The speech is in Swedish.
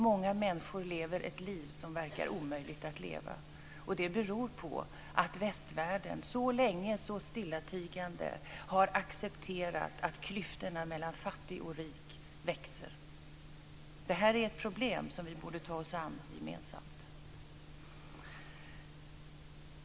Många människor lever ett liv som verkar omöjligt att leva, och det beror på att västvärlden så länge så stillatigande har accepterat att klyftorna mellan fattig och rik växer. Detta är ett problem som vi gemensamt borde ta oss an.